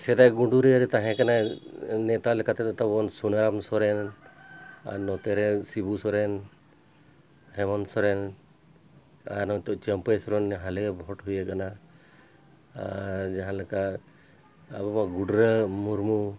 ᱥᱮᱫᱟᱭ ᱜᱩᱰᱩᱨᱤᱭᱟᱹ ᱨᱮ ᱛᱟᱦᱮᱸ ᱠᱟᱱᱟᱭ ᱱᱮᱛᱟ ᱞᱮᱠᱟᱛᱮᱫᱚ ᱛᱟᱵᱚᱱ ᱥᱩᱱᱟᱹᱨᱟᱢ ᱥᱚᱨᱮᱱ ᱟᱨ ᱱᱚᱛᱮ ᱨᱮ ᱥᱤᱵᱩ ᱥᱚᱨᱮᱱ ᱦᱮᱢᱚᱱᱛ ᱥᱚᱨᱮᱱ ᱟᱨ ᱱᱤᱛᱚᱜ ᱪᱟᱹᱯᱟᱹᱭ ᱥᱚᱨᱮᱱ ᱦᱟᱞᱮ ᱵᱷᱳᱴ ᱦᱩᱭ ᱟᱠᱟᱱᱟ ᱟᱨ ᱡᱟᱦᱟᱸ ᱞᱮᱠᱟ ᱟᱵᱚ ᱢᱟ ᱜᱩᱰᱨᱟᱹ ᱢᱩᱨᱢᱩ